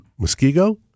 Muskego